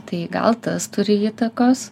tai gal tas turi įtakos